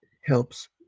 helps